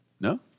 No